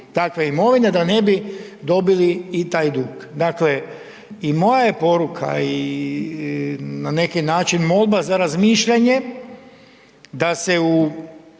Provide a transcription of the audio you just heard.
takve imovine da ne bi dobili i taj dug. Dakle, moja je poruka i na neki način molba za razmišljanje da se u